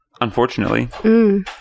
Unfortunately